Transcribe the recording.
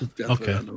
Okay